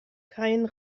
kein